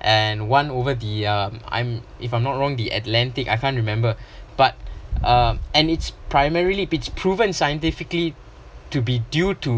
and one over the uh I'm if I'm not wrong the atlantic I can’t remember but uh and it’s primarily it’s proven scientifically to be due to